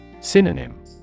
Synonym